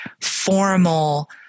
formal